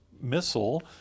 missile